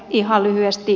ihan lyhyesti